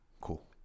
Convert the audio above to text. Cool